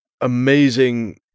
amazing